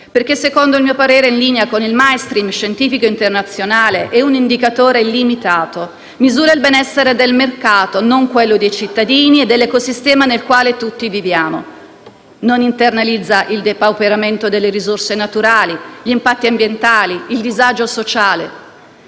perché secondo il mio parere, in linea con il *mainstream* scientifico internazionale, è un indicatore limitato, misura il benessere del mercato, non quello dei cittadini e dell'ecosistema nel quale tutti viviamo; non internalizza il depauperamento delle risorse naturali, gli impatti ambientali, il disagio sociale.